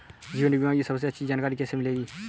जीवन बीमा की सबसे अच्छी जानकारी कैसे मिलेगी?